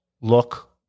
look